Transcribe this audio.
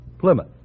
Plymouth